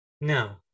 No